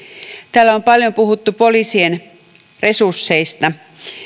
täällä on paljon puhuttu poliisien resursseista